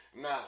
Nah